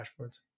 dashboards